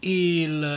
il